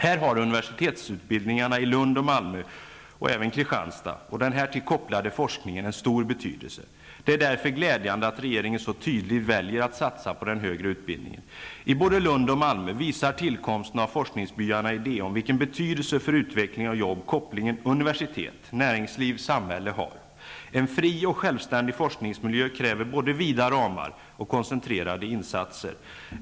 Här har universitetsutbildningarna i Lund och Malmö och även Kristianstad och den härtill kopplade forskningen en stor betydelse. Det är därför glädjande att regeringen så tydligt väljer att satsa på den högre utbildningen. I både Lund och Malmö visar tillkomsten av forskningsbyarna Ideon vilken betydelse för utveckling och jobb kopplingen universitet-- näringsliv--samhälle har. En fri och självständig forskningsmiljö kräver både vida ramar och koncentrerade insatser.